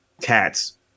Cats